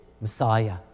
Messiah